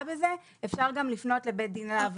בזה אפשר גם לפנות לבית דין לעבודה.